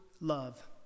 love